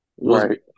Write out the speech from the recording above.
right